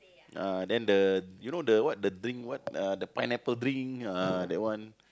uh then the you know the what the drink what uh the pineapple drink ah that one